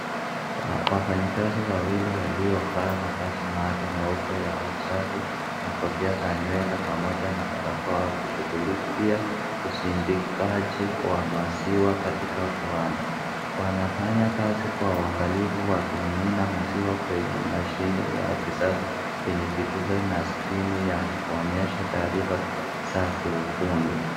Wafanyikazi wawili waliovaa mavazi maalumu meupe ya usafi na kofia za nywele pamoja na barakoa wakishughulikia usindikaji wa maziwa katika kiwanda. Wanafanya kazi kwa uangalifu wakimimina maziwa kwenye mashine ya kisasa yenye vitufe na skrini ya kuonyesha taarifa za kiufundi.